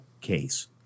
case